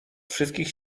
wszystkich